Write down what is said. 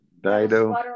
Dido